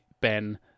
Ben